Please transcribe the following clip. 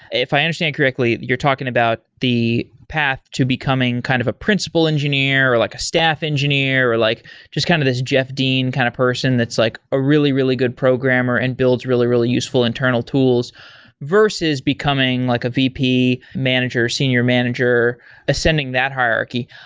if i understand correctly, you're talking about the path to becoming kind of a principal engineer or like a staff engineer or like just kind of this jeff dean kind of person that's like a really, really good programmer and builds really, really useful internal tools versus becoming like a vp manager or a senior manager ascending that hierarchy.